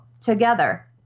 together